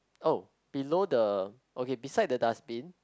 oh below the okay beside the dustbin